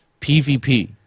PvP